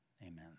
amen